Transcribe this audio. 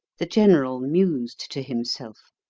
the general mused to himself.